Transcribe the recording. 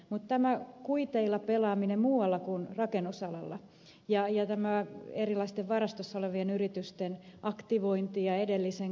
mutta tämä kuiteilla pelaaminen muualla kuin rakennusalalla ja tämä erilaisten varastossa olevien yritysten aktivointi ja edellisen yrityksen kaataminen